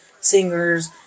singers